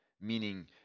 meaning